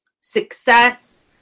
success